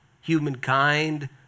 humankind